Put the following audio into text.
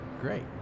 great